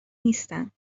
نیستند